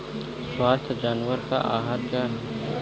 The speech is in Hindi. स्वस्थ जानवर का आहार क्या है?